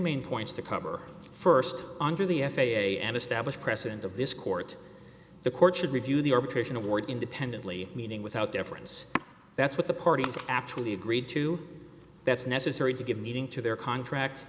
main points to cover st under the f a a and established precedent of this court the court should review the arbitration award independently meaning without deference that's what the parties actually agreed to that's necessary to give meaning to their contract